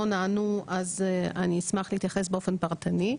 נענו אז אני אשמח להתייחס באופן פרטני.